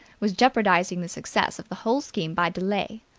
was jeopardizing the success of the whole scheme by delay.